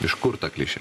iš kur ta klišė